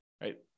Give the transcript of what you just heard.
right